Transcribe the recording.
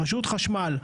רשות החשמל,